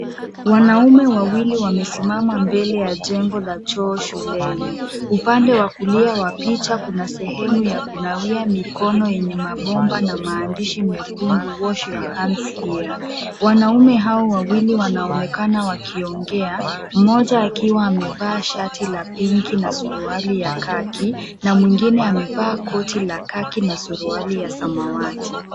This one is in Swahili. Wanaume wawili wamesimama mbele ya jengo la chuo shuleni. Upande wa kulia wa picha kuna sehemu ya kunawia mikono yenye mabomba na maandishi mekundu wash your hands here . Wanaume hao wawili wanaonekana wakiongea, mmoja akiwa amevaa shati la pinki na suruali ya kaki, na mwingine amevaa koti la kaki na suruali ya samawati.